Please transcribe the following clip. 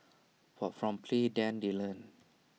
but from play than they learn